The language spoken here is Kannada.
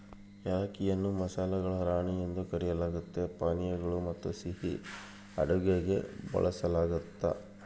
ಏಲಕ್ಕಿಯನ್ನು ಮಸಾಲೆಗಳ ರಾಣಿ ಎಂದು ಕರೆಯಲಾಗ್ತತೆ ಪಾನೀಯಗಳು ಮತ್ತುಸಿಹಿ ಅಡುಗೆಗೆ ಬಳಸಲಾಗ್ತತೆ